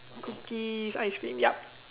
cookies ice cream yup